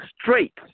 straight